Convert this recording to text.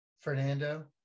Fernando